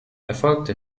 erfolgte